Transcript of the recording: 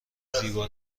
زیبا